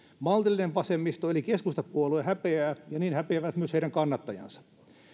maltillinen vasemmisto eli keskustapuolue häpeää ja niin häpeävät myös heidän kannattajansa